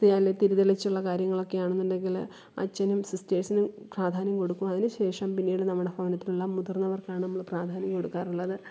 അല്ലേ തിരി തെളിച്ചുള്ള കാര്യങ്ങളൊക്കെ ആണെന്നുണ്ടെങ്കിൽ അച്ഛനും സിസ്റ്റേസിനും പ്രാധാന്യം കൊടുക്കും അതിനുശേഷം പിന്നീട് നമ്മുടെ ഭവനത്തിലുള്ള മുതിര്ന്നവര്ക്കാണ് നമ്മൾ പ്രാധാന്യം കൊടുക്കാറുള്ളത്